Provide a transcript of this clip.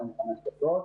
ב-45 דקות,